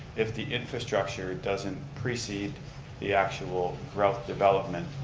if the infrastructure doesn't precede the actual growth development,